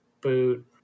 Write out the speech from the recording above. boot